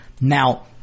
now